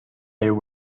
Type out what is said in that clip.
there